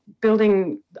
building